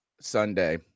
Sunday